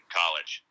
college